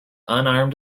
unarmed